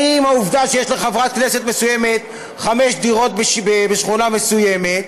האם העובדה שיש לחברת כנסת מסוימת חמש דירות בשכונה מסוימת,